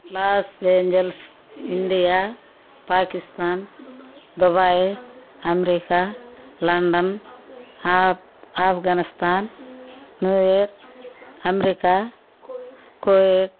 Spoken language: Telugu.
loss Angeles India Pakistan Dubai America London of Afghanistan New York America Kuwait